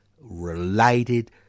related